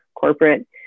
corporate